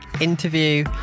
interview